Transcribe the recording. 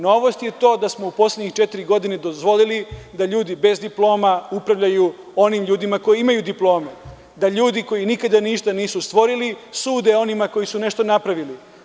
Novost je to da smo u poslednjih četiri godine dozvolili da ljudi bez diploma upravljaju onim ljudima koji imaju diplome, da ljudi koji nikada ništa nisu stvorili sude onima koji su nešto napravili.